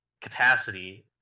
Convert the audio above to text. capacity